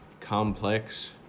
complex